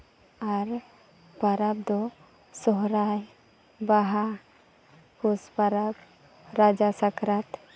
ᱟᱨ ᱯᱚᱨᱚᱵᱽ ᱫᱚ ᱥᱚᱦᱨᱟᱭ ᱵᱟᱦᱟ ᱯᱩᱥ ᱯᱚᱨᱚᱵᱽ ᱨᱟᱡᱟ ᱥᱟᱠᱨᱟᱛ